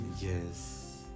Yes